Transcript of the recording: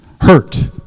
Hurt